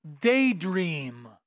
daydream